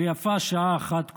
ויפה שעה אחת קודם.